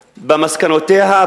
במסקנותיה,